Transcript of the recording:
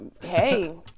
Hey